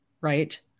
right